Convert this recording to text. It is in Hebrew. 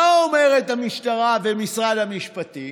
מה אומרים המשטרה ומשרד המשפטים?